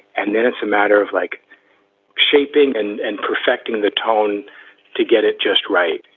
and then it's a matter of like shaping and and perfecting the tone to get it just right.